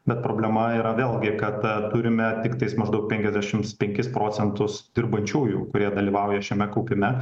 bet problema yra vėlgi kad turime tiktai maždaug penkiasdešimt penkis procentus dirbančiųjų kurie dalyvauja šiame kaupime